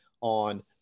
on